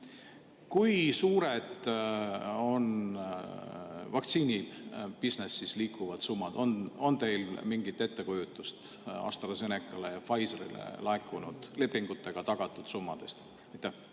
Kui suured on vaktsiinibisnises liikuvad summad? On teil mingit ettekujutust AstraZenecale või Pfizerile laekunud lepingutega tagatud summadest?